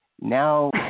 Now